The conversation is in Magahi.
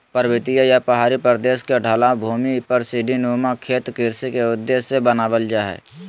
पर्वतीय या पहाड़ी प्रदेश के ढलवां भूमि पर सीढ़ी नुमा खेत कृषि के उद्देश्य से बनावल जा हल